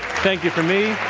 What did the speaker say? thank you from me,